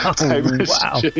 wow